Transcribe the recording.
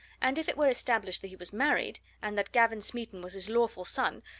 and if it were established that he was married, and that gavin smeaton was his lawful son,